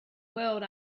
world